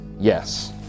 yes